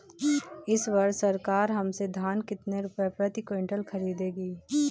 इस वर्ष सरकार हमसे धान कितने रुपए प्रति क्विंटल खरीदेगी?